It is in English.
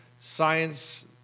science